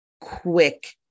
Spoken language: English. quick